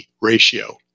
ratio